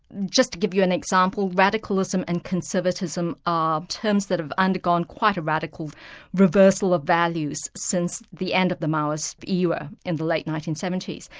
just to give you an example, radicalism radicalism and conservatism are terms that have undergone quite a radical reversal of values since the end of the maoist era in the late nineteen seventy s.